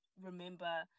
remember